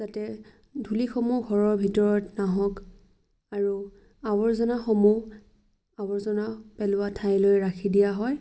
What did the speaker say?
যাতে ধূলিসমূহ ঘৰৰ ভিতৰত নাহক আৰু আৱৰ্জনাসমূহ আৱৰ্জনা পেলোৱা ঠাইলৈ ৰাখি দিয়া হয়